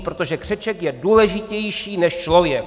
Protože křeček je důležitější než člověk!